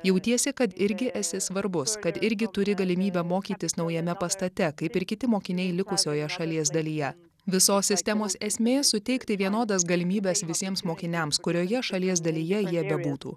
jautiesi kad irgi esi svarbus kad irgi turi galimybę mokytis naujame pastate kaip ir kiti mokiniai likusioje šalies dalyje visos sistemos esmė suteikti vienodas galimybes visiems mokiniams kurioje šalies dalyje jie bebūtų